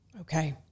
Okay